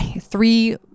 three